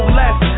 less